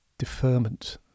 deferment